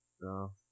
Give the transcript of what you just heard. No